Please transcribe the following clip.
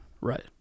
right